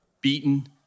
beaten